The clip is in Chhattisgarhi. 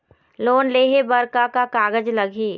लोन लेहे बर का का कागज लगही?